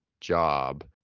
job